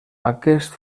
aquest